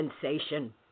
sensation